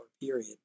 period